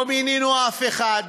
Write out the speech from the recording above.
לא מינינו אף אחד,